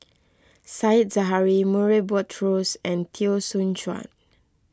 Said Zahari Murray Buttrose and Teo Soon Chuan